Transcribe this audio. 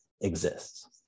exists